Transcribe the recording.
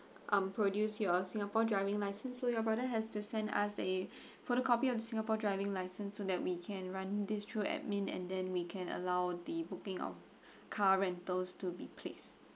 um produce your singapore driving license so your brother has to send us the photocopy of the singapore driving license so that we can run these through admin and then we can allow the booking of car rentals to be placed